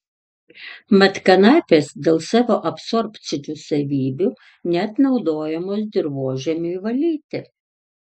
mat kanapės dėl savo absorbcinių savybių net naudojamos dirvožemiui valyti